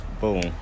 Boom